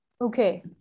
Okay